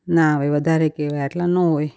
ના હવે વધારે કહેવાય આટલા ન હોય